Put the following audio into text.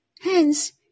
Hence